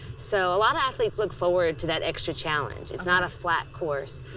so, a lot of athletes look forward to that extra challenge. it's not a flat course